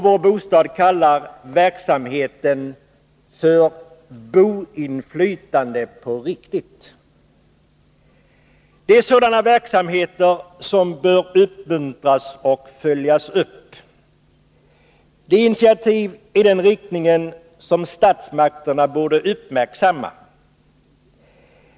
Vår Bostad kallar verksamheten för Boinflytande på riktigt. Det är sådana verksamheter som bör uppmuntras och följas upp. Det är initiativ i den riktningen som statsmakterna borde uppmärksamma.